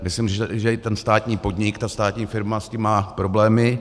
Myslím, že i ten státní podnik, ta státní firma s tím má problémy.